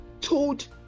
told